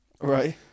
right